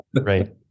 right